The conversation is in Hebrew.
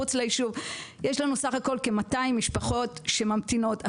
יש לנו סך הכול כ-200 משפחות שממתינות.